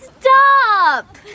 Stop